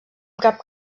cap